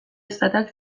izateak